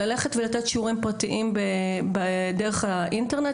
לתת שיעורים פרטיים דרך האינטרנט,